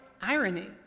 irony